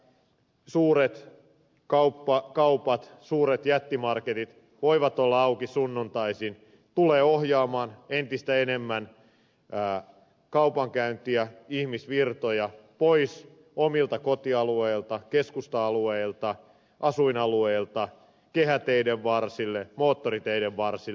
se että suuret kaupat suuret jättimarketit voivat olla auki sunnuntaisin tulee ohjaamaan entistä enemmän kaupankäyntiä ihmisvirtoja pois omilta kotialueilta keskusta alueilta asuinalueilta kehäteiden varsille moottoriteiden varsille